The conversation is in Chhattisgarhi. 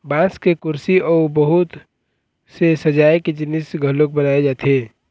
बांस के कुरसी अउ बहुत से सजाए के जिनिस घलोक बनाए जाथे